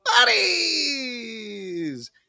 Buddies